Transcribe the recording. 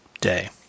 day